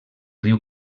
riu